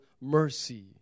mercy